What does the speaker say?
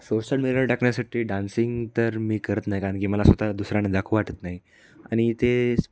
social मिडीयावर टाकण्यासाठी dancing तर मी करत नाही कारण की मला स्वतः दुसऱ्यांना दाखवाव वाटत नाही आणि ते